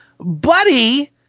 buddy